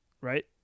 right